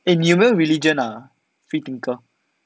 eh 你有没有 religion ah free thinker